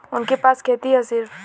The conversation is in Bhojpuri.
उनके पास खेती हैं सिर्फ